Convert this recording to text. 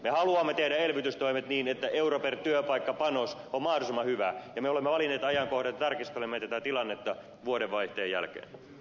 me haluamme tehdä elvytystoimet niin että euro per työpaikka panos on mahdollisimman hyvä ja me olemme valinneet ajankohdan että tarkistelemme tätä tilannetta vuodenvaihteen jälkeen